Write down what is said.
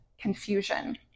confusion